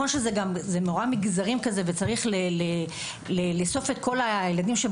זה מגזרי וצריך לאסוף את כל הילדים שהם